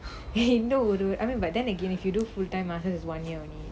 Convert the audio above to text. இன்னும் ஒரு:innum oru I mean but then again if you do full-time masters it's one year only